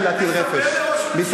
תספר לראש הממשלה מה הם אמרו לך.